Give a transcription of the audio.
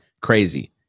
crazy